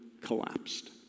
collapsed